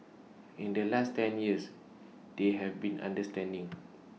in the last ten years they've been understanding